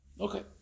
Okay